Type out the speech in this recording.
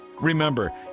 Remember